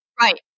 Right